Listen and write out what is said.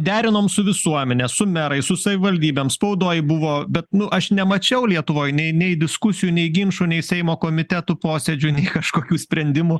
derinom su visuomene su merais su savivaldybėm spaudoj buvo bet nu aš nemačiau lietuvoj nei nei diskusijų nei ginčų nei seimo komitetų posėdžių nei kažkokių sprendimų